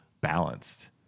balanced